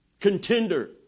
contender